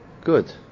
Good